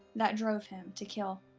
that drove him to kill.